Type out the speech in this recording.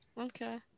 okay